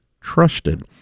Trusted